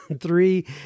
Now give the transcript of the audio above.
Three